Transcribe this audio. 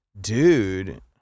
dude